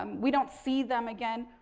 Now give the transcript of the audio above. um we don't see them again.